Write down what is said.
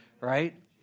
right